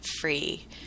free